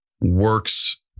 works